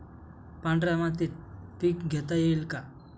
पांढऱ्या मातीत पीक घेता येईल का?